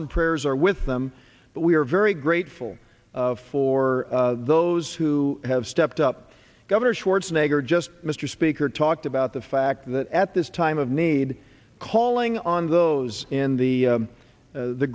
and prayers are with them but we are very grateful for those who have stepped up governor schwarzenegger just mr speaker talked about the fact that at this time of need calling on those in the